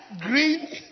green